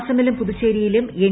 അസ്സമിലും പുതുച്ചേരിയിലും എൻ